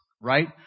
right